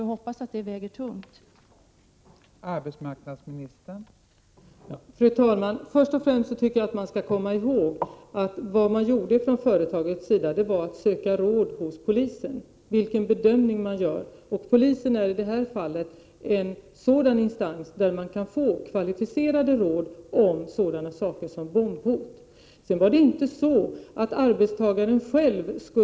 1988/89:82 hoppas att det väger tungt. 16 mars 1989